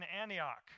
Antioch